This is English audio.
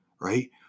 right